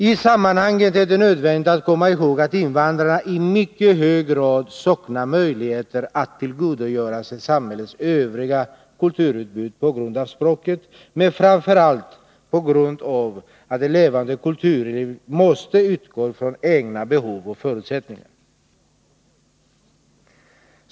I sammanhanget är det nödvändigt att komma ihåg att invandrarna i mycket hög grad saknar möjligheter att tillgodogöra sig samhällets övriga kulturutbud på grund av språket, men framför allt på grund av att ett levande kulturliv måste utgå från egna behov och förutsättningar.